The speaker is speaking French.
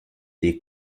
des